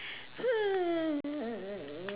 hmm